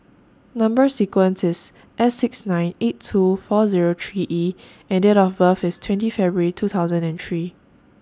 Number sequence IS S six nine eight two four Zero three E and Date of birth IS twenty February two thousand and three